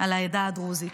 על העדה הדרוזית.